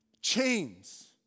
Chains